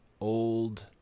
old